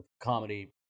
Comedy